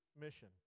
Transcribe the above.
mission